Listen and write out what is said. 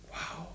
!wow!